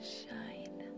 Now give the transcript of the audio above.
shine